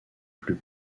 plus